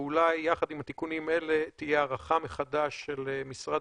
ואולי יחד עם תיקונים אלה תהיה הערכה מחדש של משרד